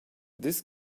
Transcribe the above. this